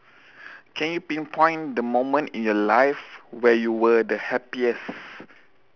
can you pinpoint the moment in your life where you were the happiest